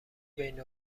بین